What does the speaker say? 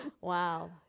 Wow